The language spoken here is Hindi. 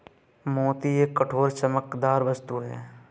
मोती एक कठोर, चमकदार वस्तु है